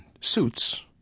suits